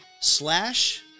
Slash